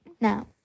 Now